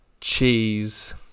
cheese